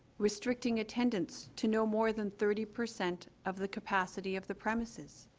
restricting attendance to no more than thirty percent of the capacity of the premises